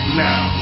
now